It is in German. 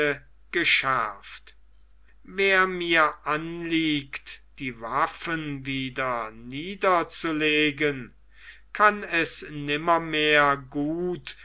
geschärft wer mir anliegt die waffen wieder niederzulegen kann es nimmermehr gut